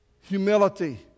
humility